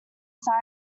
site